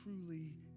truly